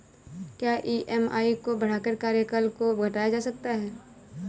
क्या ई.एम.आई को बढ़ाकर कार्यकाल को घटाया जा सकता है?